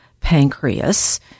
pancreas